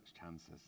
chances